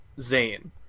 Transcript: Zane